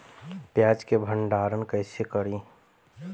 प्याज के भंडारन कईसे करी?